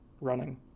running